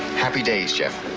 happy days, yeah ff.